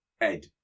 Ed